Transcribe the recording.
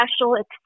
special